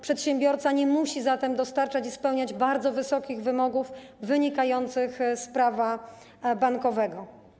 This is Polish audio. Przedsiębiorca nie musi zatem dostarczać i spełniać bardzo wysokich wymogów wynikających z Prawa bankowego.